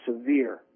severe